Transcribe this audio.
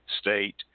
state